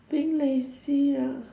being lazy ah